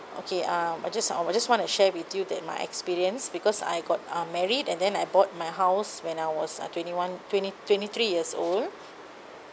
okay uh I just I just want to share with you that my experience because I got uh married and then I bought my house when I was uh twenty one twenty twenty three years old